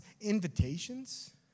invitations